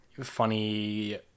funny